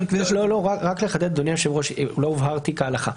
רק לחדד, אדוני היושב-ראש, לא הובהרתי כהלכה.